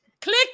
click